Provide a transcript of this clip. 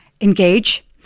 Engage